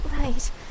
Right